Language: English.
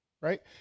right